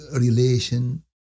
relation